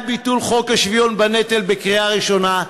ביטול חוק השוויון בנטל בקריאה ראשונה,